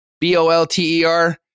B-O-L-T-E-R